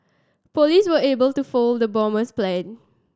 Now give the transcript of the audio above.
police were able to foil the bomber's plans